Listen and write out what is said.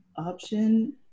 option